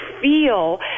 feel